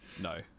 No